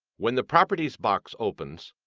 when the properties box opens,